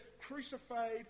crucified